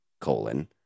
colon